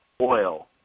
oil